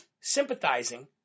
sympathizing